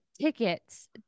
tickets